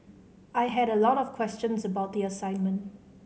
I had a lot of questions about the assignment